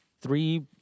three